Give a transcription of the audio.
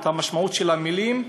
את המשמעות של המילים,